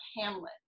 Hamlet